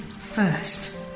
first